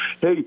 Hey